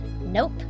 Nope